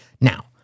Now